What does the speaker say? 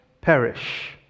perish